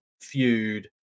feud